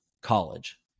college